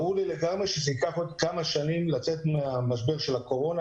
ברור לי שייקח עוד כמה שנים לצאת ממשבר הקורונה.